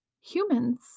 humans